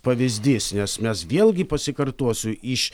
pavyzdys nes mes vėlgi pasikartosiu iš